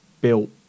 built